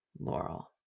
Laurel